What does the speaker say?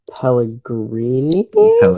Pellegrini